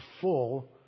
full